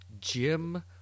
Jim